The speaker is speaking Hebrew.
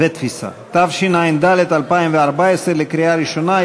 התשע"ד 2014, לקריאה ראשונה.